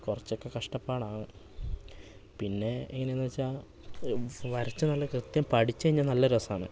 കുറച്ചൊക്കെ കഷ്ടപ്പാടാണ് പിന്നെ എങ്ങനെന്നു വച്ചാൽ വരച്ചു നല്ല കൃത്യം പഠിച്ചു കഴിഞ്ഞാൽ നല്ല രസമാണ്